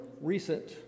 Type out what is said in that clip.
recent